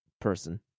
person